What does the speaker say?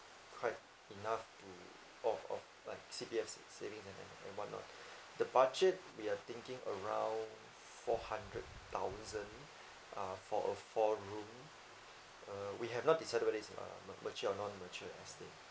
quite enough to oh oh like C_P_Fs saving like that and whatnot the budget we are thinking around four hundred thousand uh for a four room uh we have not decided whether it's a ma~ mature or non mature estate